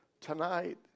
Tonight